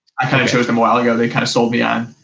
i kind of chose them a while ago, they kind of sold me on